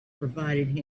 provided